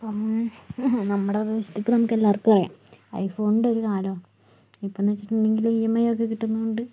ഇപ്പം നമ്മുടെ ഒരു നമുക്കെല്ലാവർക്കും അറിയാം ഐഫോണിൻ്റെ ഒരു കാലമാണ് ഇപ്പം എന്നു വച്ചിട്ടുണ്ടെങ്കിൽ ഇ എം ഐ ഒക്കെ കിട്ടുന്നതുകൊണ്ട്